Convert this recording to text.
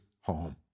home